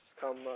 come